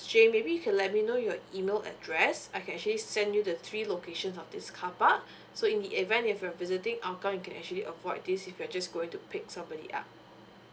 jane maybe you let me know your email address I can actually send you the three locations of these carpark so in the event if you're visiting hougang you can actually avoid this if you're just going to pick somebody up